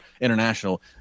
international